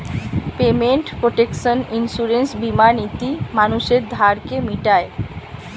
payment protection insurance বীমা নীতি মানুষের ধারকে মিটায়